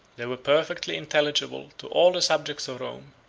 they were perfectly intelligible to all the subjects of rome,